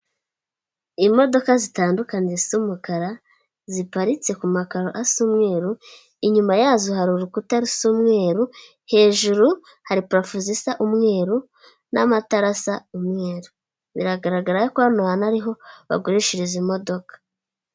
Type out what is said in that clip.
Imodoka zitandukanye z'umukara ziparitse ku makaro asa umweru; inyuma yazo hari urukuta rusa umweru; hejuru hari parafo zisa umweru n'amatara asa umweru; biragaragara ko hano hantu ariho bagurishiriza imodoka.